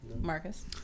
Marcus